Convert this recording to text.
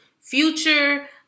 future